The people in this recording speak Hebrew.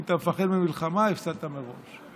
אם אתה מפחד ממלחמה, הפסדת מראש.